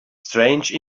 strange